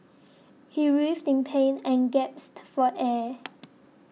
he writhed in pain and gasped for air